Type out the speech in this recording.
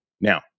now